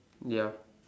ya